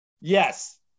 Yes